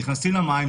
נכנסים למים,